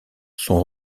sont